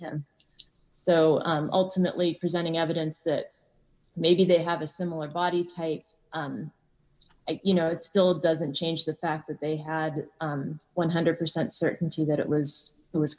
him so ultimately presenting evidence that maybe they have a similar body type you know it still doesn't change the fact that they had one hundred percent certainty that it was it was